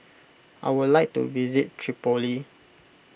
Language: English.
I would like to visit Tripoli